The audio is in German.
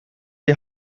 die